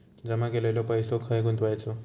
जमा केलेलो पैसो खय गुंतवायचो?